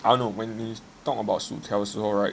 I don't know when they talk about 薯条的时候 right